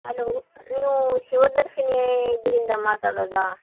hello ನೀವು ಶಿವದರ್ಶಿನಿ ಇದರಿಂದ ಮಾತಾಡೋದಾ